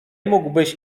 mógłbyś